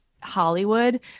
hollywood